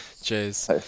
Cheers